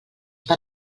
per